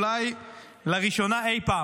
אולי לראשונה אי פעם,